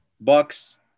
bucks